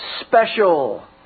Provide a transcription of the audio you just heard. special